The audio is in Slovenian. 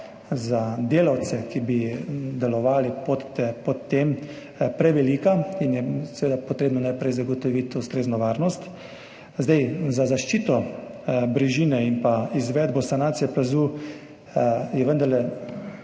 za delavce, ki bi delovali pod tem, prevelika in je potrebno najprej zagotoviti ustrezno varnost. Za zaščito brežine in izvedbo sanacije plazu je vendarle